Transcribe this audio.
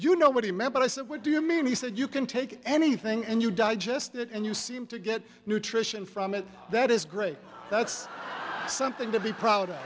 you know what he meant but i said what do you mean he said you can take anything and you digest it and you seem to get nutrition from it that is great that's something to be proud of